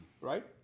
right